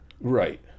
Right